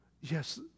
Yes